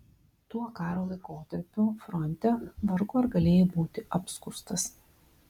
tuo karo laikotarpiu fronte vargu ar galėjai būti apskųstas